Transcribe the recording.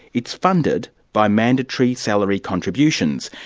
it's funded by mandatory salary contributions,